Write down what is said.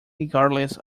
regardless